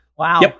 Wow